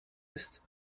ist